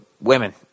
women